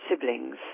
siblings